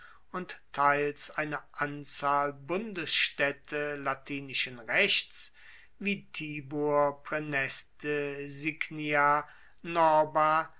und teils eine anzahl bundesstaedte latinischen rechts wie tibur